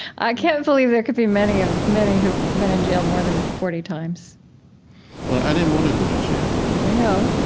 i can't believe there could be many ah many who've been in jail more than forty times well, i didn't want to go to jail i know.